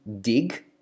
dig